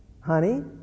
Honey